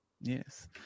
Yes